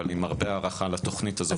אבל עם הרבה הערכה לתוכנית הזאת.